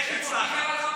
איך הצלחת?